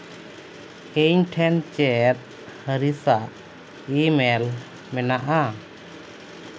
ᱤᱧ ᱴᱷᱮᱱ ᱪᱮᱫ ᱦᱚᱨᱤᱥᱟᱜ ᱤᱼᱢᱮᱹᱞ ᱢᱮᱱᱟᱜᱼᱟ